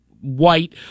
white